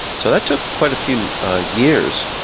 so that took quite a few years.